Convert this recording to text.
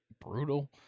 brutal